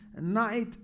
Night